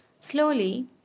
Slowly